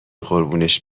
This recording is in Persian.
قربونش